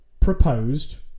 proposed